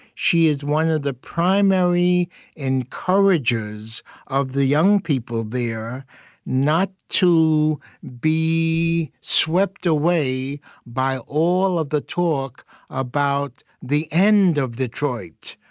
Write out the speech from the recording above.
she is one of the primary encouragers of the young people there not to be swept away by all of the talk about the end of detroit,